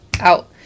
out